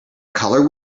color